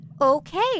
Okay